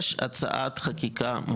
יש הצעת חקיקה.